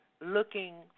looking